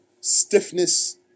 stiffness